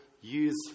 use